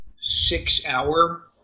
six-hour